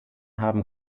haben